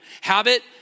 Habit